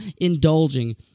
indulging